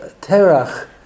Terach